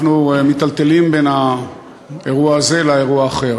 אנחנו מיטלטלים בין האירוע הזה לאירוע האחר.